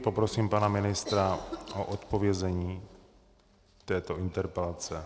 Poprosím pana ministra o odpovězení této interpelace.